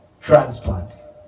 transplants